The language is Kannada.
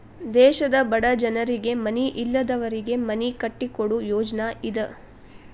ದೇಶದ ಬಡ ಜನರಿಗೆ ಮನಿ ಇಲ್ಲದವರಿಗೆ ಮನಿ ಕಟ್ಟಿಕೊಡು ಯೋಜ್ನಾ ಇದ